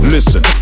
Listen